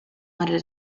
wanted